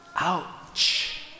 Ouch